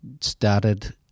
started